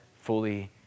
fully